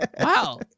Wow